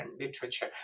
literature